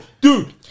Dude